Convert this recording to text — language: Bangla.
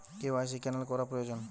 কে.ওয়াই.সি ক্যানেল করা প্রয়োজন?